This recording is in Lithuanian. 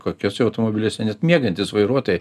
kokiuose automobiliuose net miegantys vairuotojai